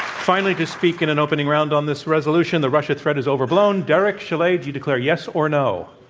finally, to speak in an opening round on this resolution, the russia threat is overblown, derek chollet. do you declare yes or no?